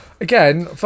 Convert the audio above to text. again